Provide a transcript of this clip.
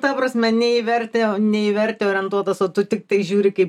ta prasme nei į vertę nei į vertę orientuotas o tu tiktai žiūri kaip